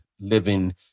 living